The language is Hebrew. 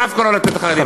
דווקא לא לתת לחרדים?